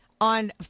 on